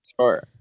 Sure